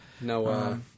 No